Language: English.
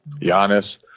Giannis